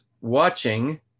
watching